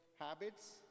habits